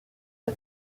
sur